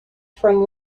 from